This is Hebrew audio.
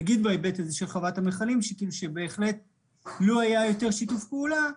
נגיד בהיבט של חוות המכלים שלו היה יותר שיתוף פעולה,